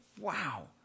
wow